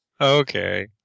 Okay